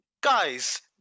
Guys